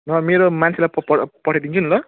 नभए मेरो मान्छेलाई प प पठाइदिन्छु नि त ल